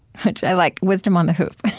which i like wisdom on the hoof.